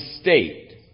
state